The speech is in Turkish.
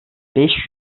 beş